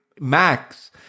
Max